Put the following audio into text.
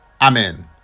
amen